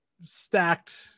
stacked